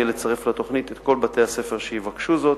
אפשר לצרף לתוכנית את כל בתי-הספר שיבקשו זאת.